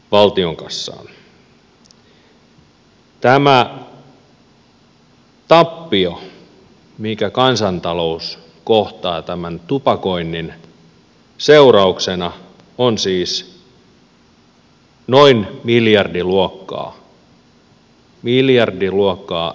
tämä tappio minkä kansantalous kohtaa tupakoinnin seurauksena on siis noin miljardin luokkaa miljardin luokkaa per vuosi